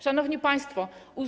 Szanowni Państwo!